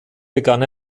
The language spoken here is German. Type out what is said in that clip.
begann